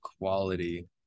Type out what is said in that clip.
quality